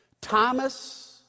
Thomas